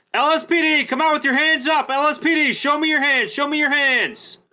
lspd come out with your hands up lspd show me your hands show me your hands